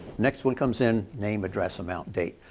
next one comes in name, address, amount, date.